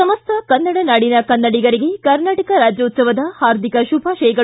ಸಮಸ್ತ ಕನ್ನಡ ನಾಡಿನ ಕನ್ನಡಿಗರಿಗೆ ಕರ್ನಾಟಕ ರಾಜ್ಯೋತ್ಸವದ ಹಾರ್ದಿಕ ಶುಭಾಶಯಗಳು